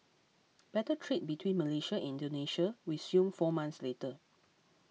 barter trade between Malaysia Indonesia resumed four months later